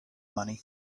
money